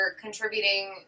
contributing